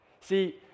see